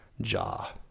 Jaw